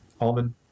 Almond